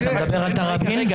אתה מדבר על תראבין?